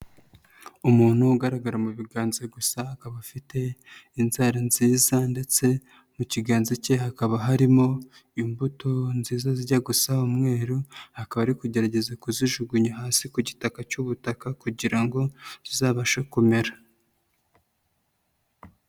Umuntu ugaragara mu biganza gusa akaba afite inzara nziza ndetse mu kiganza ke hakaba harimo imbuto nziza zijya gusa umweru akaba ari kugerageza kuzijugunya hasi ku gitaka cy'ubutaka kugira ngo zizabashe kumera.